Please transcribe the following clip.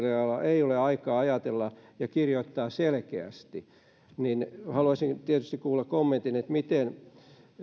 ei ole aikaa ajatella ja kirjoittaa selkeästi haluaisin tietysti kuulla kommentin siitä miten